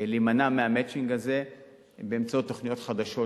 להימנע מה"מצ'ינג" הזה באמצעות תוכניות חדשות,